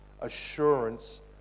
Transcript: assurance